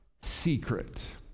secret